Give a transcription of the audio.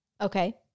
Okay